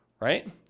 Right